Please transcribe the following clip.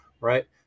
Right